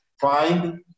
find